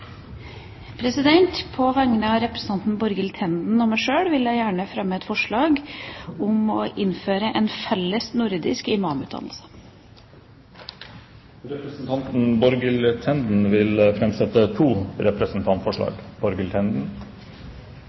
På vegne av representanten Borghild Tenden og meg sjøl vil jeg gjerne fremme et forslag om å innføre en fellesnordisk imamutdannelse. Representanten Borghild Tenden vil framsette to representantforslag.